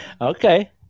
Okay